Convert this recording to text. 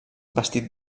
vestit